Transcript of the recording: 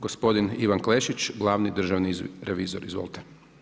Gospodin Ivan Klešić, glavni državni revizor, izvolite.